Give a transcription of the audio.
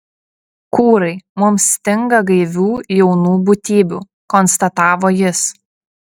kūrai mums stinga gaivių jaunų būtybių konstatavo jis